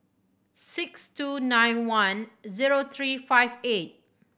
six two nine one zero three five eight